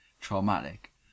traumatic